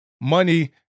money